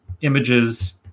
images